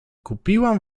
kupiłam